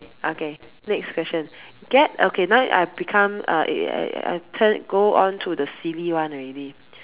okay next question get okay now I become a err I turn go on to the silly one already